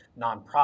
nonprofit